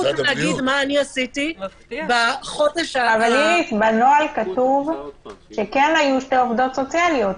אבל בנוהל כתוב שכן היו שתי עובדות סוציאליות.